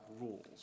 rules